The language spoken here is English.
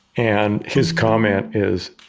and his comment is,